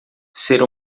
ser